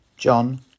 John